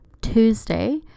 Tuesday